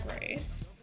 Race